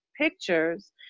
pictures